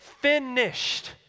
finished